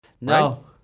No